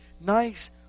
nice